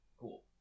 cool